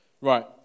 Right